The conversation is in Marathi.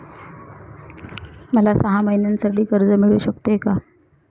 मला सहा महिन्यांसाठी कर्ज मिळू शकते का?